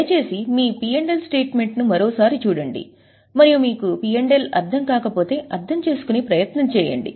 దయచేసి మీ P L statement ను మరోసారి చూడండి మరియు మీకు P L అర్థం కాకపోతే అర్థం చేసుకునే ప్రయత్నం చేయండి